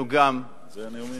אנחנו גם פועלים